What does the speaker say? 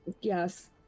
Yes